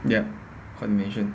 yup coordination